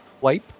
Wipe